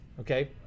okay